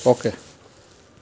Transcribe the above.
okay